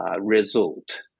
result